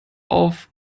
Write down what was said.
auf